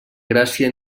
gràcia